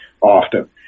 often